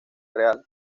real